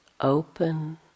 Open